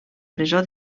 presó